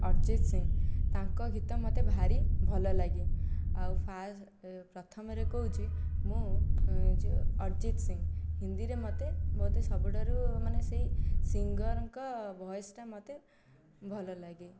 ଅର୍ଜିତ ସିଂ ତାଙ୍କ ଗୀତ ମୋତେ ଭାରି ଭଲ ଲାଗେ ଆଉ ପ୍ରଥମରେ କହୁଛି ମୁଁ ଯେଉଁ ଅର୍ଜିତ ସିଂ ହିନ୍ଦୀରେ ମୋତେ ମତେ ସବୁଠାରୁ ମାନେ ସେଇ ସିଙ୍ଗରଙ୍କ ଭଏସଟା ମୋତେ ଭଲ ଲାଗେ